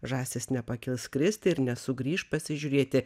žąsys nepakils skristi ir nesugrįš pasižiūrėti